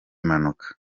mpanuka